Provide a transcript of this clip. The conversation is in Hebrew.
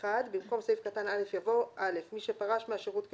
(1)במקום סעיף קטן (א) יבוא: "(א)מי שפרש מהשירות כשוטר,